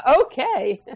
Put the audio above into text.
okay